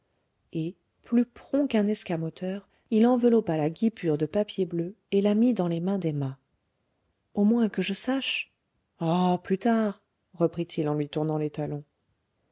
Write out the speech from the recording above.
et plus prompt qu'un escamoteur il enveloppa la guipure de papier bleu et la mit dans les mains d'emma au moins que je sache ah plus tard reprit-il en lui tournant les talons